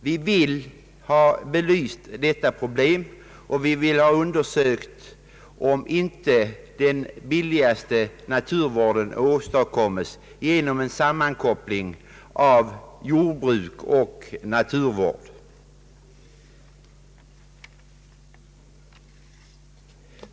Vi vill ha detta problem belyst, och vi skulle önska att man undersöker om inte den billigaste naturvården åstadkommes genom en sammankoppling av jordbruk och naturvård.